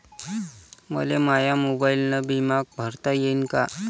मले माया मोबाईलनं बिमा भरता येईन का?